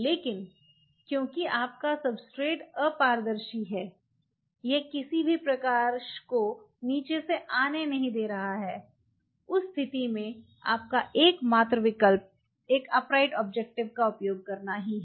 लेकिन क्योंकि आपका सब्सट्रेट अपारदर्शी है यह किसी भी प्रकाश को नीचे से आने नहीं दे रहा है उस स्थिति में आपका एकमात्र विकल्प एक अपराइट ऑब्जेक्टिव का उपयोग करना है